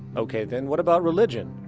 okay then what about religion?